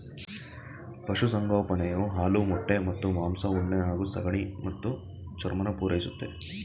ಪಶುಸಂಗೋಪನೆಯು ಹಾಲು ಮೊಟ್ಟೆ ಮತ್ತು ಮಾಂಸ ಉಣ್ಣೆ ಹಾಗೂ ಸಗಣಿ ಮತ್ತು ಚರ್ಮನ ಪೂರೈಸುತ್ತೆ